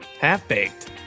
Half-baked